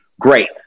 great